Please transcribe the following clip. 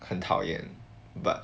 很讨厌 but